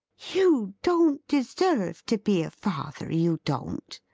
you don't deserve to be a father, you don't,